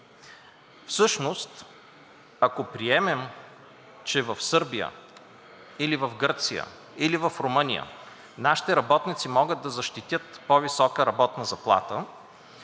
вярваме. Ако приемем, че в Сърбия, в Гърция или в Румъния нашите работници могат да защитят по-висока работна заплата,